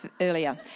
earlier